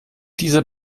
dieser